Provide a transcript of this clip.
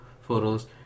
photos